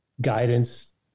guidance